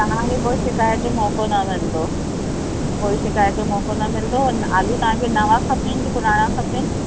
तव्हांखे कोई शिकायत जो मौक़ो न मिलंदो कोई शिकायत जो मौक़ो न मिलंदो और आलू तव्हांखे नवां खपनि या पुराणा खपनि